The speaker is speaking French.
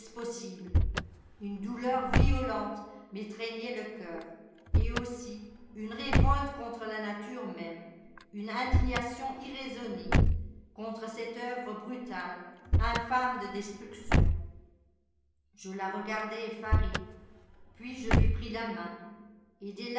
possible une douleur violente m'étreignait le cœur et aussi une révolte contre la nature même une indignation irraisonnée contre cette œuvre brutale infâme de destruction je la regardais effaré puis je lui pris la main